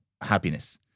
happiness